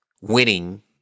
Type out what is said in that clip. winning